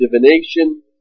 divination